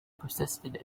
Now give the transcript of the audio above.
persisted